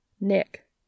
Nick